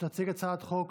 שתציג הצעת חוק